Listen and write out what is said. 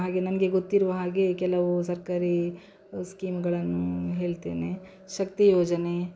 ಹಾಗೆ ನನಗೆ ಗೊತ್ತಿರುವ ಹಾಗೆ ಕೆಲವು ಸರ್ಕಾರಿ ಸ್ಕೀಮ್ಗಳನ್ನು ಹೇಳ್ತೇನೆ ಶಕ್ತಿ ಯೋಜನೆ